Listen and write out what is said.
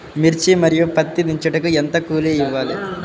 మిర్చి మరియు పత్తి దించుటకు ఎంత కూలి ఇవ్వాలి?